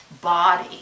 body